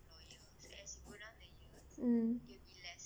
mm